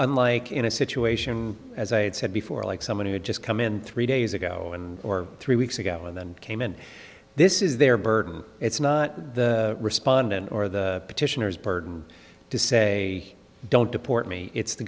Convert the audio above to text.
unlike in a situation as i had said before like someone who had just come in three days ago and or three weeks ago and then came in this is their burden it's not the respondent or the petitioners burden to say don't deport me it's the